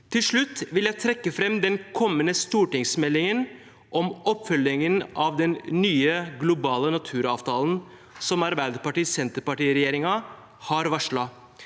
Til slutt vil jeg trekke fram den kommende stortingsmeldingen om oppfølgingen av den nye globale naturavtalen, som Arbeiderparti–Senterparti-regjeringen har varslet.